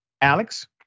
Alex